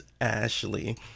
Ashley